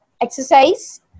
exercise